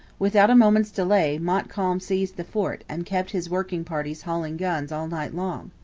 without a moment's delay montcalm seized the fort and kept his working parties hauling guns all night long.